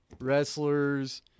wrestlers